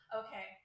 okay